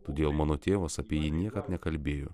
todėl mano tėvas apie jį niekad nekalbėjo